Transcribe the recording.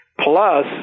Plus